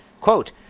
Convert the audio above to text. quote